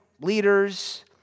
leaders